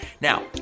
Now